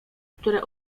które